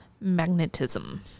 magnetism